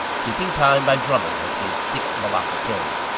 keeping time by drumming with his thick malacca cane.